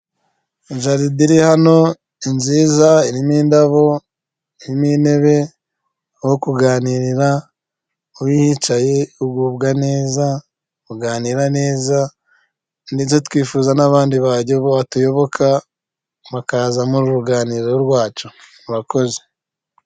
Jaride iri hano ni nziza irimo indabo, irimo intebe, naho kuganira, iyo uhicaye ugubwa neza, uganira neza ndetse twifuza n'abandi batuyoboka bakaza mu ruganiriro rwacu murakoze.